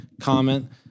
comment